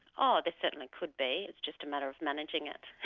oh, there certainly could be. it's just a matter of managing it.